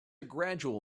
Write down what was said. gradual